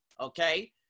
Okay